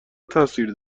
تاثیر